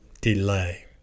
delay